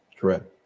correct